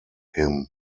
him